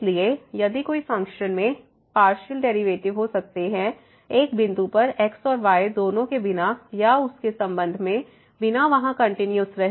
इसलिए यदि कोई फ़ंक्शन में पार्शियल डेरिवेटिव हो सकते हैं एक बिंदु पर x और y दोनों के बिना या उसके संबंध में बिना वहां कंटीन्यूअस रहे